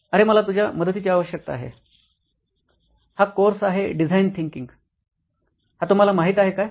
अरे मला तुझ्या मदतीची आवश्यकता आहे हा कोर्स आहे डिझाईन थिंकिंग हा तुम्हाला माहित आहे काय